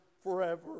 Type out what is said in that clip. forever